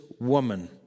woman